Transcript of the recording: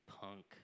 punk